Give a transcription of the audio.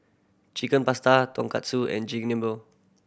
Chicken Pasta Tonkatsu and